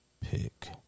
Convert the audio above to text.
pick